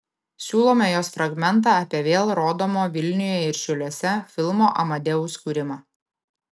siūlome jos fragmentą apie vėl rodomo vilniuje ir šiauliuose filmo amadeus kūrimą